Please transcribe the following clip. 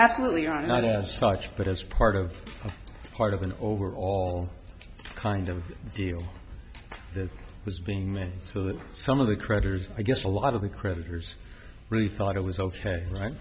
absolutely on not as such but as part of a part of an overall kind of deal that was being made so that some of the creditors i guess a lot of the creditors really thought it was ok right